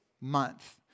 month